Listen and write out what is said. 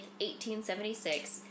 1876